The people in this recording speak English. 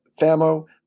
Famo